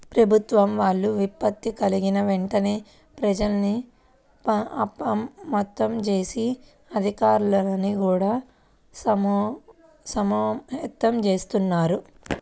ప్రభుత్వం వాళ్ళు విపత్తు కల్గిన వెంటనే ప్రజల్ని అప్రమత్తం జేసి, అధికార్లని గూడా సమాయత్తం జేత్తన్నారు